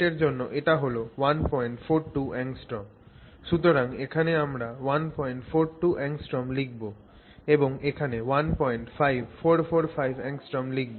সুতরাং ওখানে আমরা 142 angstroms লিখবো এবং এখানে 15445 angstroms লিখবো